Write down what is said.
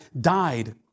died